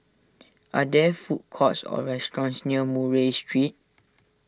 are there food courts or restaurants near Murray Street